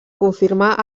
confirmar